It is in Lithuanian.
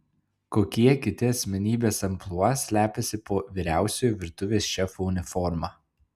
kokie kiti asmenybės amplua slepiasi po vyriausiojo virtuvės šefo uniforma